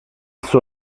suo